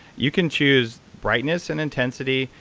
you can choose brightness and intensity,